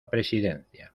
presidencia